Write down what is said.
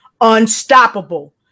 Unstoppable